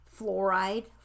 Fluoride